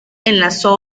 enlazó